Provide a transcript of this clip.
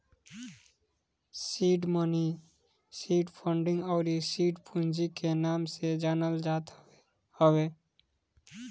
seed money seed funding अउरी seed पूंजी के नाम से जानल जात हवे